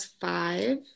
five